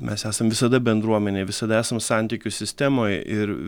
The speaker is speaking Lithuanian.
mes esam visada bendruomenėj visada esam santykių sistemoj ir